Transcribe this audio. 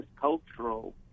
cultural